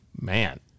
Man